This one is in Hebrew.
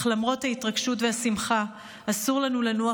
אך למרות ההתרגשות והשמחה אסור לנו לנוח